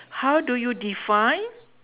how do you define